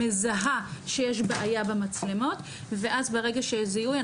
מזהה שיש בעיה במצלמות ואז ברגע שיש זיהוי,